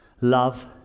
love